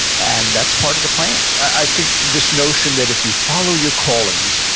and that's part of the plan. i think this notion that if you follow your callings,